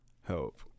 help